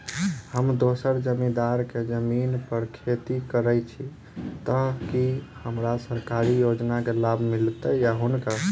हम दोसर जमींदार केँ जमीन पर खेती करै छी तऽ की हमरा सरकारी योजना केँ लाभ मीलतय या हुनका?